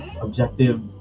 objective